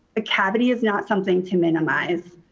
ah cavity is not something to minimize.